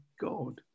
God